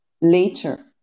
later